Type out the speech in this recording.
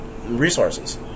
resources